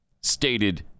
stated